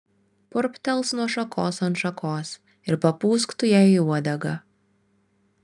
purptels nuo šakos ant šakos ir papūsk tu jai į uodegą